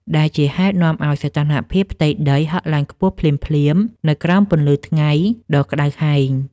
ដែលជាហេតុនាំឱ្យសីតុណ្ហភាពផ្ទៃដីហក់ឡើងខ្ពស់ភ្លាមៗនៅក្រោមពន្លឺថ្ងៃដ៏ក្ដៅហែង។